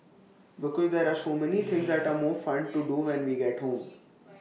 because there're so many things that are more fun to do when we get home